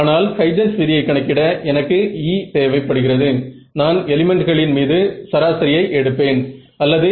மறுபடியும் இது என்னுடைய மதிப்பு 80 ஓம்ஸிற்கு அருகில் உள்ளது